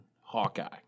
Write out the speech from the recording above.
Hawkeye